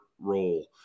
role